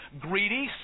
greedy